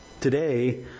Today